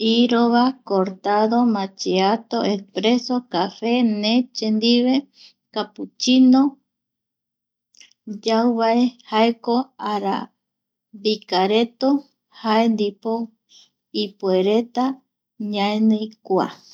Iro va, cortado, machiato, expreso café neche ndive, capuchino, yau va jaeko ara bicareta jae ndipo ipuereta ñaenii kua